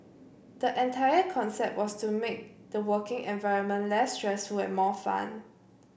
the entire concept was to make the working environment less stressful and more fun